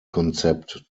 konzept